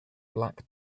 black